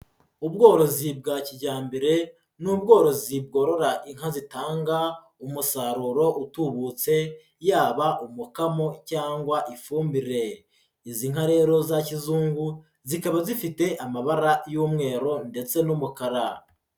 Ubworozi bwa kijyambere, ni ubworozi bworora inka zitanga umusaruro utubutse, yaba umukamo cyangwa ifumbire. Izi nka rero za kizungu, zikaba zifite amabara y'umweru ndetse n'umukara.